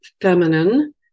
feminine